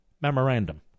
memorandum